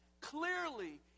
clearly